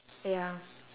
ya